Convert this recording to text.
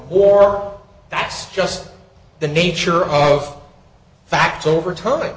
war that's just the nature of facts over time